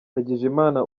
ndagijimana